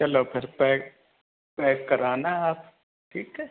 ਚਲੋ ਫਿਰ ਪੈ ਪੈਕ ਕਰਾਨਾ ਆਪ ਠੀਕ ਹੈ